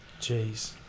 Jeez